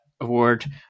award